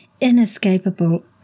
inescapable